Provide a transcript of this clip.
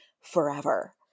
forever